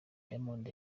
diamond